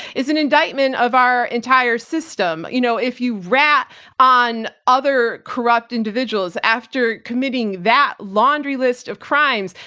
is an indictment of our entire system. you know if you rat on other corrupt individuals after committing that laundry list of crimes,